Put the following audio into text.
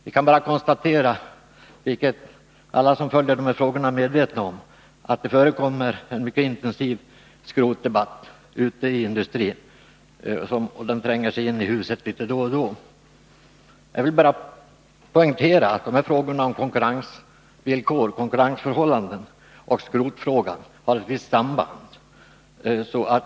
Vi kan bara konstatera — vilket alla som följer de här frågorna är medvetna om -— att det ute i industrin förekommer en mycket intensiv skrotdebatt, som tränger sig in i huset litet då och då. Jag vill bara poängtera att frågorna om konkurrensvillkor och konkurrensförhållanden och skrotfrågan har ett visst samband.